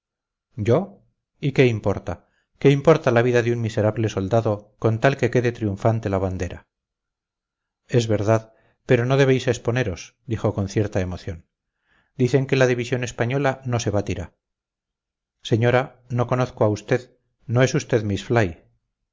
yo y qué importa qué importa la vida de un miserable soldado con tal que quede triunfante la bandera es verdad pero no debéis exponeros dijo con cierta emoción dicen que la división española no se batirá señora no conozco a usted no es usted miss